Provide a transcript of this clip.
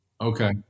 Okay